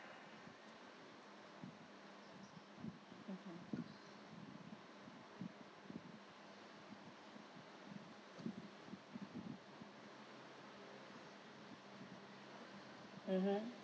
mmhmm